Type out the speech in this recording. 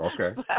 Okay